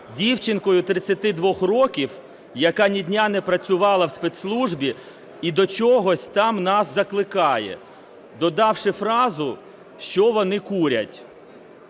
дівчинкою 32 років, яка ні дня не працювала у спецслужбі і до чогось там нас закликає, додавши фразу: "що вони курять?".